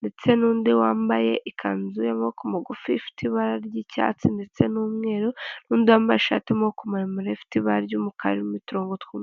ndetse n'undi wambaye ikanzu y'amaboko magufi ifite ibara ry'icyatsi ndetse n'umweru n'undi wambaye ishati y'amaboko maremare ifite ibara ry'umukara irimo uturongo.